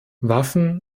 waffen